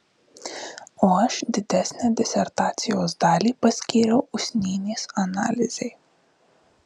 o aš didesnę disertacijos dalį paskyriau usnynės analizei